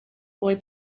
boy